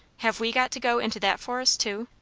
have we got to go into that forest too?